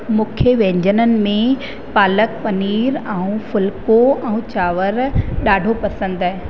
मूंखे व्यंजननि में पालक पनीर ऐं फुलिको ऐं चांवर ॾाढो पसंदि आहे